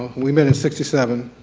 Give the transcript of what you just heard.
we've met in sixty seven